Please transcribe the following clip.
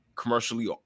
commercially